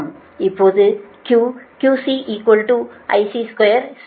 இப்போது Q QC IC2XC